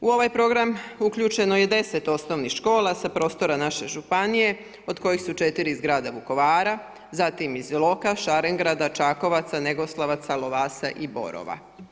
U ovaj program uključeno je 10 osnovnih škola sa prostora naše županije od kojih su 4 iz grada Vukovara, zatim iz Iloka, Šarengrada, Čakovaca, Negoslavaca, Lovasa i Borova.